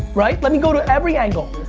right? let me go to every angle.